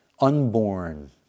unborn